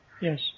Yes